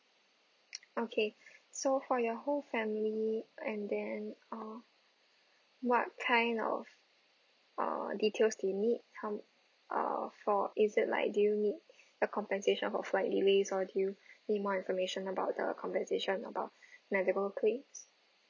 okay so for your whole family and then uh what kind of uh details do you need tell m~ err for is it like do you need a compensation for flight delays or do you need more information about the compensation about medical claims